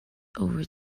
over